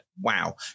wow